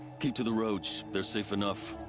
keep to the roads. they're safe enough.